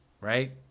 right